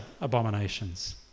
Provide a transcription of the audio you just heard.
abominations